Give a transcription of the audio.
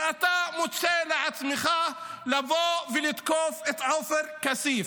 ואתה מוצא לך לנכון לבוא ולתקוף את עופר כסיף.